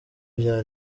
vya